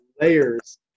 layers